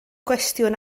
gwestiwn